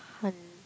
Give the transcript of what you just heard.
hund~